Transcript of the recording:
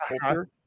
culture